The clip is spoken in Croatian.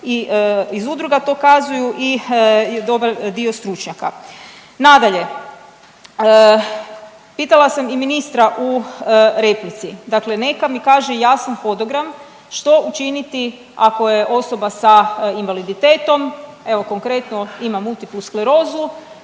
iz udruga to ukazuju i dobar dio stručnjaka. Nadalje, pitala sam i ministra u replici. Dakle neka mi kaže jasan hodogram što učiniti ako je osoba sa invaliditetom. Evo konkretno ima multiplesklorozu,